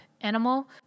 animal